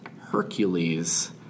Hercules